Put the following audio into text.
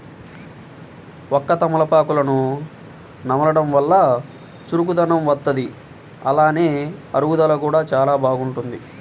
వక్క, తమలపాకులను నమలడం వల్ల చురుకుదనం వత్తది, అలానే అరుగుదల కూడా చానా బాగుంటది